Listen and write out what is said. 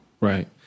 Right